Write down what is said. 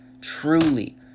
truly